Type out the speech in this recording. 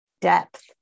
depth